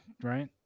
right